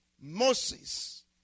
Moses